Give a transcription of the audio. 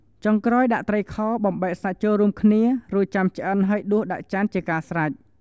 ចុងក្រោយដាក់ត្រីខបំបែកសាច់ចូលរួមគ្នា រួចចាំឆ្អិនហើយដួសដាក់ចានជាស្រេច។